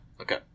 okay